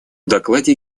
докладе